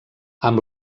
amb